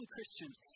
Christians